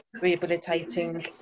rehabilitating